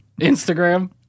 Instagram